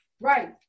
Right